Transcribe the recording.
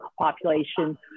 population